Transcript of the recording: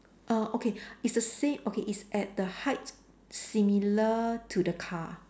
err okay it's the sa~ okay it's at the height similar to the car